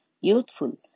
youthful